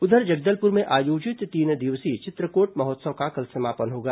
उधर जगदलपुर में आयोजित तीन दिवसीय चित्रकोट महोत्सव का कल समापन हो गया